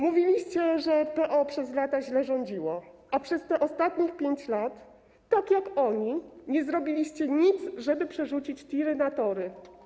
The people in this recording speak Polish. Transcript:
Mówiliście, że PO przez lata źle rządziło, a przez ostatnich 5 lat, tak jak oni, nie zrobiliście nic, żeby przerzucić TIR-y na tory.